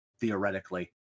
theoretically